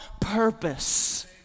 purpose